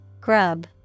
Grub